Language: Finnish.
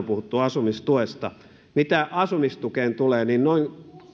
puhuttu asumistuesta mitä asumistukeen tulee niin noin